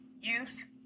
youth